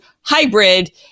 hybrid